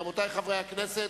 רבותי חברי הכנסת,